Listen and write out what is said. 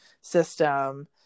system